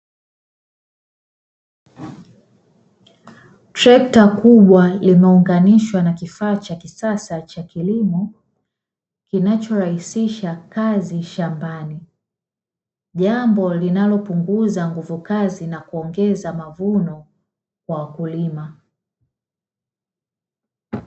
Trekta kubwa limeunganishwa na kifaa cha kisasa cha kilimo kinacho rahisisha kazi shambani, jambo linalo punguza nguvu kazi na kuongeza mavuno kwa wakulima.